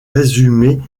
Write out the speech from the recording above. résumé